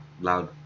loud